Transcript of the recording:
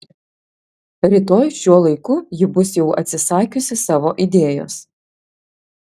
rytoj šiuo laiku ji bus jau atsisakiusi savo idėjos